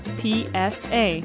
psa